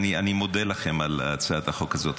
אני מודה לכם על הצעת החוק הזאת.